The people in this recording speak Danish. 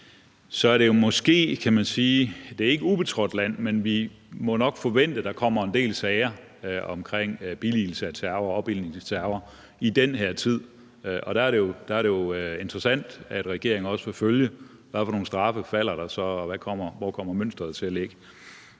er det måske, kan man sige, ikke ubetrådt land, men vi må jo nok forvente, at der kommer en del sager om billigelse af terror og opildnen til terror i den her tid. Der er det jo interessant, at regeringen også vil følge med i, hvad for nogle straffe der så falder, og hvordan mønsteret kommer til at blive.